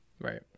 Right